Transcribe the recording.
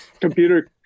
computer